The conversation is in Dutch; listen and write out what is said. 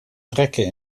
trekken